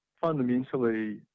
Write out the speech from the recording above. Fundamentally